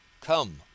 Come